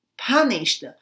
punished